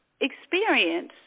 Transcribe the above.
experience